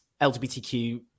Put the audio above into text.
LGBTQ